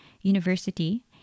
university